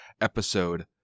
episode